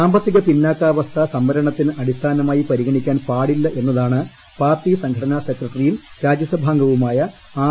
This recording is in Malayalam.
സാമ്പത്തിക പിന്നാക്ക അവസ്ഥ സംവരണത്തിന് അടിസ്ഥാനമായി പരിഗണിക്കാൻ പാടില്ല എന്നതാണ് പാർട്ടി സംഘടനാ സെക്രട്ടറിയും രാജ്യസഭാംഗവുമായ ആർ